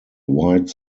white